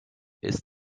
ist